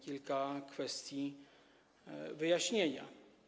Kilka kwestii do wyjaśnienia.